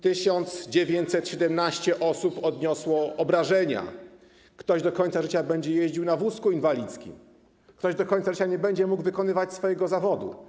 1917 osób odniosło obrażenia, ktoś do końca życia będzie jeździł na wózku inwalidzkim, ktoś do końca życia nie będzie mógł wykonywać swojego zawodu.